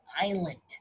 island